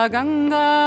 Ganga